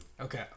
Okay